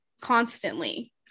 Constantly